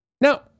Now